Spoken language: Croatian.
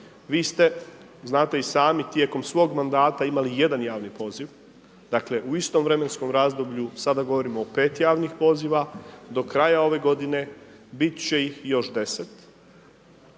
Vi ste, znate i sami tijekom svog mandata imali jedan javni poziv, dakle u istom vremenskom razdoblju sada govorimo o 5 javnih poziva, do kraja ove godine bit će ih još 10.